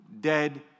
dead